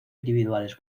individuales